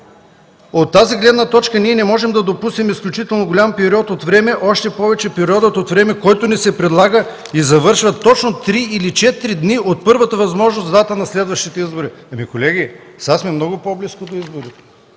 „От тази гледна точка ние не можем да допуснем изключително голям период от време, още повече периодът от време, който ни се предлага и завършва точно 3 или 4 дни от първата възможна дата на следващите избори.” Колеги, сега сме много по-близко до избори.